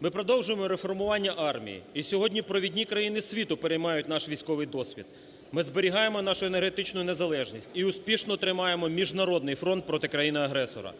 Ми продовжуємо реформування армії. І сьогодні провідні країни світу переймають наш військовий досвід. Ми зберігаємо нашу енергетичну незалежність і успішно тримаємо міжнародний фронт проти країни-агресора.